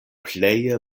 pleje